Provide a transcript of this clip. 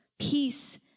Peace